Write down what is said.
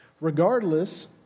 regardless